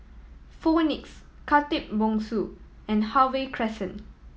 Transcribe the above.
Phoenix Khatib Bongsu and Harvey Crescent